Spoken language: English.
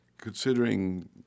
considering